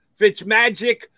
Fitzmagic